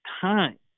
time